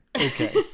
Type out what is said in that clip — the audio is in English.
Okay